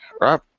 right